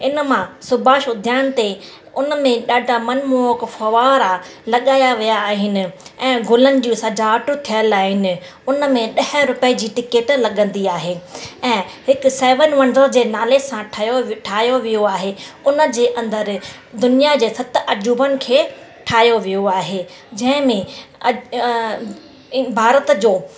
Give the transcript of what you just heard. इन मां सुभाष उद्यान ते उन में ॾाढा मन मोहक फुहारा लॻाया विया आहिनि ऐं गुलनि जूं सजावटूं थियलि आहिनि उन में ॾह रुपए जी टिकेट लॻंदी आहे ऐं हिकु सेवन वंडर जे नाले सां ठहियो ठाहियो वियो आहे उन जे अंदरि सत अजूबनि खे ठाहियो वियो आहे जंहिं में भारत जो